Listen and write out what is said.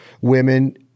women